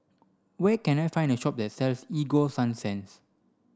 where can I find a shop that sells Ego Sunsense